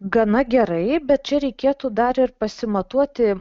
gana gerai bet čia reikėtų dar ir pasimatuoti